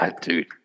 Dude